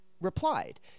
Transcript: replied